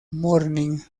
morning